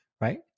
Right